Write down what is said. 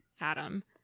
Adam